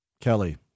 Kelly